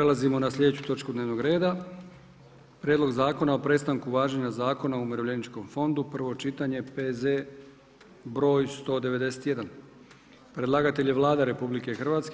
Prelazimo na slijedeću točku dnevnog reda: - Prijedlog Zakona o prestanku važenja Zakona o umirovljeničkim fondu, prvo čitanje, P.Z. broj 191 Predlagatelj je Vlada RH